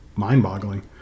mind-boggling